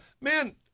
man